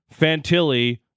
Fantilli